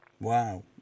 Wow